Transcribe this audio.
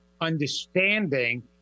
understanding